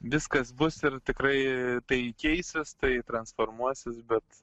viskas bus ir tikrai tai keisis tai transformuosis bet